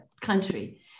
country